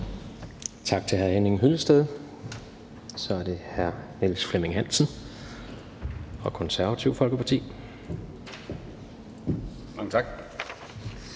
Tak til hr. Henning Hyllested. Så er det hr. Niels Flemming Hansen fra Det Konservative Folkeparti. Kl.